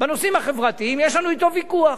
בנושאים החברתיים יש לנו אתו ויכוח.